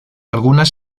algunas